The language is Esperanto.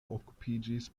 okupiĝis